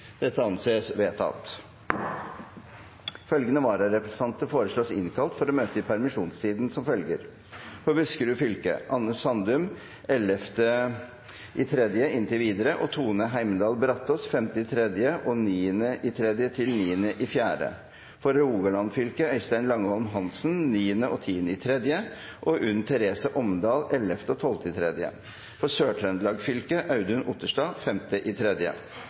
Følgende vararepresentanter innkalles for å møte i permisjonstiden: For Buskerud fylke: Anne Sandum 11. mars og inntil videre og Tone Heimdal Brataas 5. mars og 9. mars–9. april For Rogaland fylke: Øystein Langholm Hansen 9. og 10. mars og Unn Therese Omdal 11. og 12. mars For Sør-Trøndelag fylke: Audun Otterstad